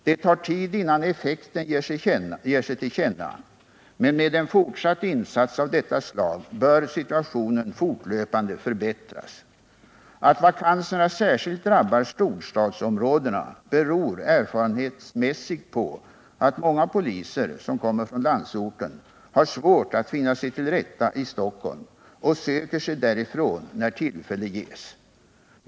Det tar tid innan effekten ger sig till känna men med en fortsatt insats av detta slag bör situationen fortlöpande förbättras. Att vakanserna särskilt drabbar storstadsområdena beror erfarenhetsmässigt på att många poliser som kommer från landsorten har svårt att finna sig till rätta i Stockholm och söker sig därifrån när tillfälle ges.